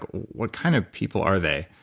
what kind of people are they,